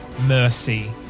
mercy